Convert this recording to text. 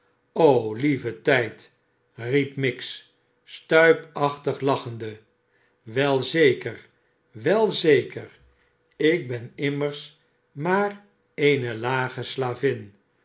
lieve tijd riep miggs sturpachtig lachende wel zeker wel zeker ik ben immers maar eene lage slavin